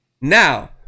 now